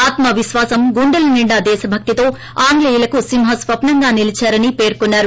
ఆత్మ విశ్వాసంగుండెలనిండా దేశభక్తేతో ఆంగ్లేయులకు సింహస్వప్పంగా నిలీచారని పేర్కొన్నారు